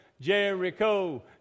Jericho